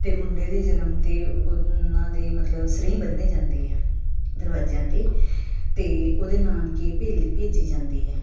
ਅਤੇ ਮੁੰਡੇ ਦੇ ਜਨਮ 'ਤੇ ਉਹਨਾਂ ਦੇ ਮਤਲਬ ਸਰੀਂ ਬੰਨੇ ਜਾਂਦੇ ਆ ਦਰਵਾਜਿਆਂ 'ਤੇ ਅਤੇ ਉਹਦੇ ਨਾਨਕੇ ਭੇਲੀ ਭੇਜੀ ਜਾਂਦੀ ਆ